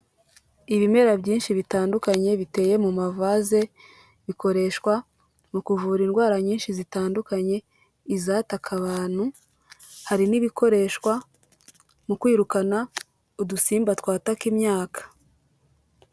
Ibimera byinshi bitandukanye biteye mu mavaze bikoreshwa mu kuvura indwara nyinshi zitandukanye izatakaka abantu hari n'ibikoreshwa mu kwirukana udusimba twataka imyaka.